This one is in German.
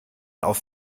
auf